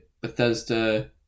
Bethesda